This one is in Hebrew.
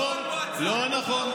לא, לא נכון.